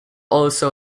also